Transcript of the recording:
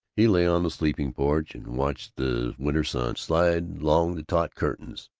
he lay on the sleeping-porch and watched the winter sun slide along the taut curtains,